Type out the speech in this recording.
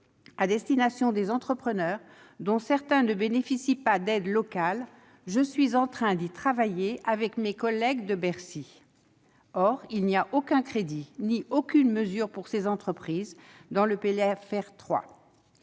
à destination des entrepreneurs, dont certains ne bénéficient pas d'aides locales ; je suis en train d'y travailler avec mes collègues de Bercy. » Or il n'y a aucun crédit ni aucune mesure pour ces entreprises dans ce